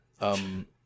Um-